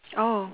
oh